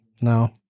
No